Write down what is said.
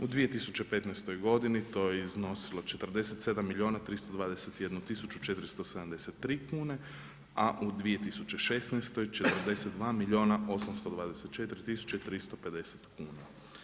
U 2015. to je iznosilo 47 milijuna 321 tisuću 473 kune, a u 2016. 42 milijuna 824 tisuće i 350 kuna.